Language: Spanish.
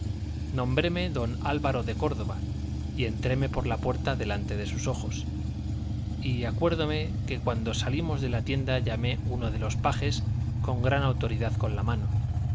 servirlas nombréme don álvaro de córdoba y entréme por la puerta delante de sus ojos y acuérdome que cuando salimos de la tienda llamé uno de los pajes con gran autoridad con la mano